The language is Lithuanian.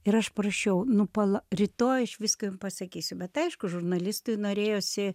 ir aš prašiau nu pala rytoj aš viską jum pasakysiu bet aišku žurnalistui norėjosi